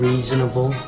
Reasonable